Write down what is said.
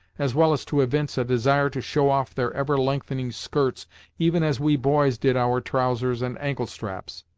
as well as to evince a desire to show off their ever-lengthening skirts even as we boys did our trousers and ankle-straps.